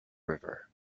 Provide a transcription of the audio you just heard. river